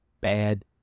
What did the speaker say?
bad